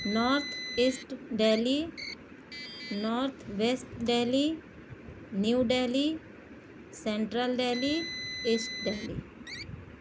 north east Delhi north west Delhi New Delhi central Delhi east Delhi